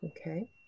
Okay